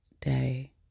day